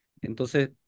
Entonces